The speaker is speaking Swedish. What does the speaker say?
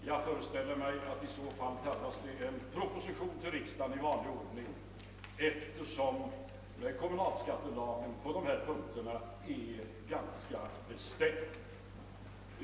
Jag föreställer mig att det i så fall tarvas en proposition till riksdagen i vanlig ordning, eftersom kommunalskattelagen på dessa punkter är ganska bestämd.